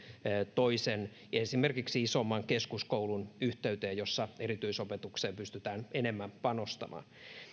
toisen esimerkiksi isomman keskuskoulun yhteyteen jossa erityisopetukseen pystytään enemmän panostamaan